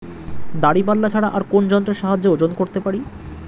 দাঁড়িপাল্লা ছাড়া আর কোন যন্ত্রের সাহায্যে ওজন করতে পারি?